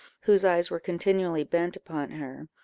whose eyes were continually bent upon her,